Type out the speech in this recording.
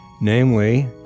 namely